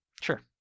sure